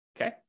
okay